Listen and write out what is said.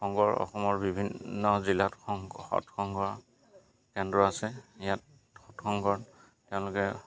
সংঘৰ অসমৰ বিভিন্ন জিলাত সং সৎসংঘৰ কেন্দ্ৰ আছে ইয়াত সৎসংঘত তেওঁলোকে